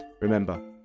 Remember